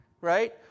right